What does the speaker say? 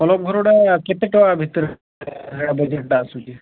club ଘରଗୁଡ଼ା କେତେ ଟଙ୍କା ଭିତରେ ବଜେଟ୍ଟା ଆସୁଛି